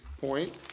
point